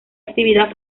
actividad